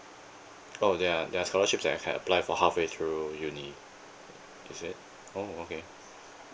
oh there are there are scholarships that I can apply for halfway through uni is it oh okay